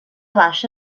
baixa